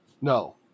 no